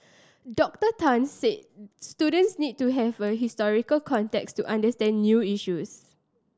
Doctor Tan said students need to have the historical context to understand new issues